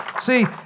See